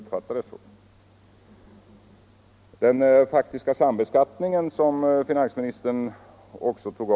Finansministern tog också upp frågan om den faktiska sambeskatt ningen.